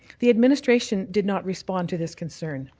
the administration did not respond to this concern.